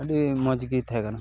ᱟᱹᱰᱤ ᱢᱚᱡᱽ ᱜᱮ ᱛᱟᱦᱮᱸ ᱠᱟᱱᱟ